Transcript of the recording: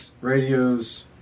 radios